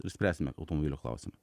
išspręsime automobilio klausimą